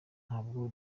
ntabwo